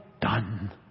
done